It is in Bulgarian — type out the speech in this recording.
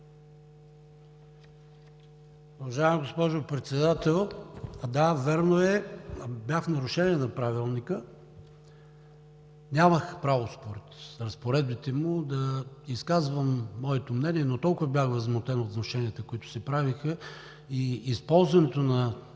Уважаема госпожо Председател, да, вярно е, бях в нарушение на Правилника. Нямах право според разпоредбите му да изказвам моето мнение, но толкова бях възмутен от внушенията, които се правиха, и използването на